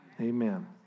Amen